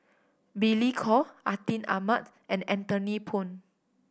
Billy Koh Atin Amat and Anthony Poon